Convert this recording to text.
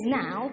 now